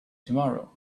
tomorrow